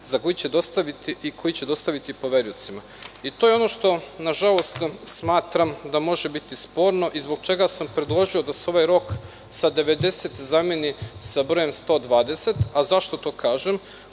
za namirenje potraživanja koji će dostaviti poveriocima“. To je ono što smo smatram da može biti sporno i zbog čega sam predložio da se ovaj rok sa 90 zameni brojem 120. Zašto to kažem?